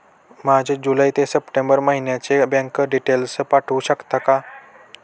माझे जुलै ते सप्टेंबर महिन्याचे बँक डिटेल्स पाठवू शकता का?